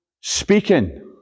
speaking